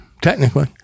technically